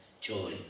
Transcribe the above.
joy